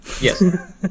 Yes